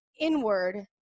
inward